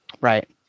Right